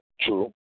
True